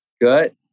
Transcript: good